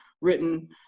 written